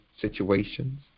situations